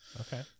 Okay